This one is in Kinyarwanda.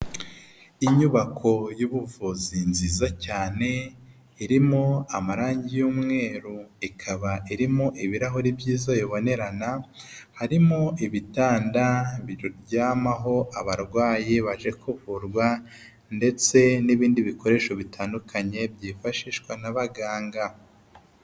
Inyubako y'ubuvuzi nziza cyane irimo amarangi y'umweru ikaba irimo ibirahuri byiza bibonerana, harimo ibitanda biryamaho abarwayi baje kuvurwa ndetse n'ibindi bikoresho bitandukanye byifashishwa n'abaganga.